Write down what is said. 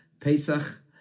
Pesach